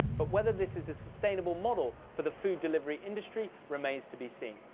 but whether this is a sustainable model for the food delivery industry remains to be seen.